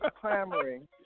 clamoring